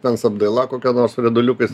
ten su apdaila kokia nors su rieduliukais